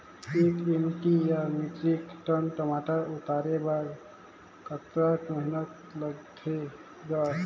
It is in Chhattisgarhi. एक एम.टी या मीट्रिक टन टमाटर उतारे बर कतका मेहनती लगथे ग?